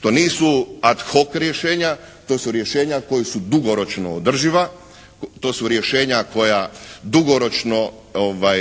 To nisu ad hoc rješenja, to su rješenja koja su dugoročno održiva, to su rješenja koja dugoročno